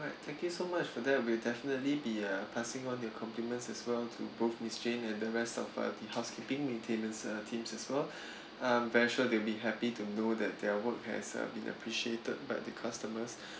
alright thank you so much for that we'll definitely be uh passing on your compliments as well to both miss jane and the rest of uh the housekeeping maintenance teams as well I'm very sure they'll be happy to know that their work has uh been appreciated by the customers